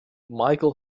michael